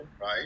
right